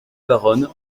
baronne